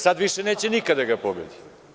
Sada više neće nikada da ga pobedi.